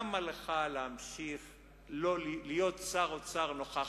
למה לך להמשיך להיות שר אוצר נוכח-נפקד?